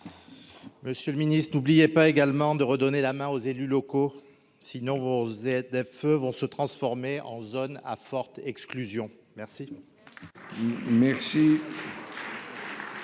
Monsieur le Ministre, n'oubliez pas également de redonner la main aux élus locaux, sinon vous ZFE vont se transformer en zone à forte exclusion merci.